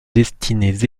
destinés